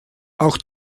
auch